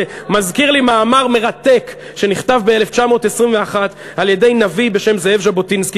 זה מזכיר לי מאמר מרתק שנכתב ב-1921 על-ידי נביא בשם זאב ז'בוטינסקי,